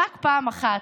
רק פעם אחת,